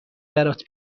برات